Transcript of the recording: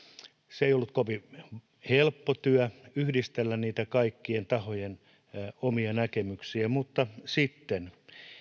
se ei ollut kovin helppo työ yhdistellä niitä kaikkien tahojen omia näkemyksiä mutta sitten